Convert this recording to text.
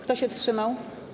Kto się wstrzymał?